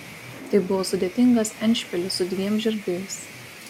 tai buvo sudėtingas endšpilis su dviem žirgais